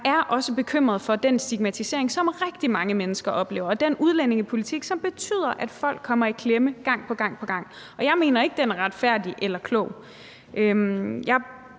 jeg er også bekymret for den stigmatisering, som rigtig mange mennesker oplever, og den udlændingepolitik, som betyder, at folk kommer i klemme gang på gang, og jeg mener ikke, at den er retfærdig eller klog.